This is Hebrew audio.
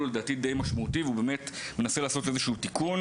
משמעותי והוא מנסה לעשות איזשהו תיקון.